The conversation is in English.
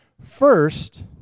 First